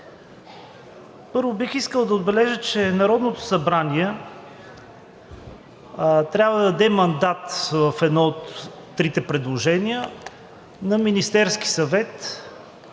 Първо, бих искал да отбележа, че Народното събрание трябва да даде мандат в едно от трите предложения на Министерския съвет